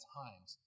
times